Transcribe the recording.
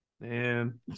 man